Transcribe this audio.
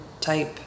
type